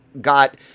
got